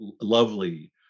lovely